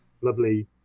lovely